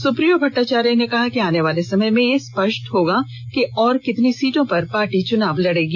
सुप्रीयो भट्टाचार्य ने कहा कि आने वाले समय में यह स्पष्ट होगा कि और कितनी सीटों पर पार्टी चुनाव लड़ेगी